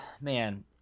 man